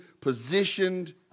positioned